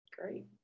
Great